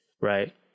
right